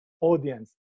audience